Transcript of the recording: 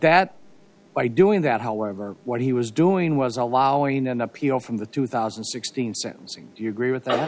that by doing that however what he was doing was allowing an appeal from the two thousand and sixteen sentencing you agree with that